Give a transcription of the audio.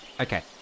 okay